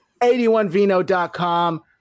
81vino.com